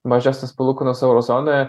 mažesnės palūkanos euro zonoje